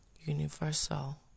universal